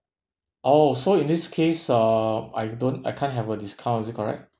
oh so in this case uh I don't I can't have a discount is it correct